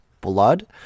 blood